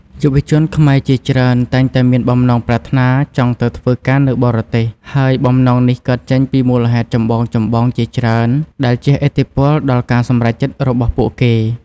យុវជនខ្មែរជាច្រើនតែងតែមានបំណងប្រាថ្នាចង់ទៅធ្វើការនៅបរទេស ហើយបំណងនេះកើតចេញពីមូលហេតុចម្បងៗជាច្រើន ដែលជះឥទ្ធិពលដល់ការសម្រេចចិត្តរបស់ពួកគេ។